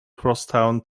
crosstown